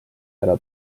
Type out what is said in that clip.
ära